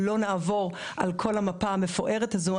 לא נעבור על כל המפה המפוארת הזאת.